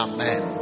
Amen